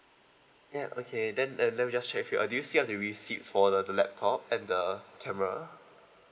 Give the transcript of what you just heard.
yup okay then uh let me just check with you uh do you still have the receipts for the the laptop and the camera